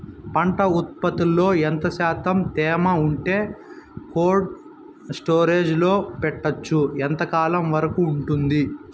పంట ఉత్పత్తులలో ఎంత శాతం తేమ ఉంటే కోల్డ్ స్టోరేజ్ లో పెట్టొచ్చు? ఎంతకాలం వరకు ఉంటుంది